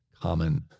common